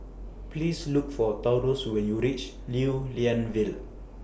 Please Look For Taurus when YOU REACH Lew Lian Vale